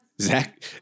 Zach